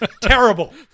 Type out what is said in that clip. terrible